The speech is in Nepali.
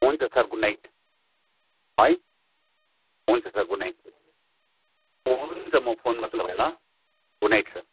हुन्छ सर गुड नाइट है हुन्छ सर गुड नाइट हुन्छ म फोन राख्छु अहिले ल गुड नाइट सर